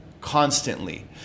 constantly